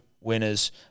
winners